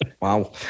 Wow